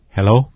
Hello